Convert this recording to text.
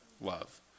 love